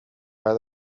بعد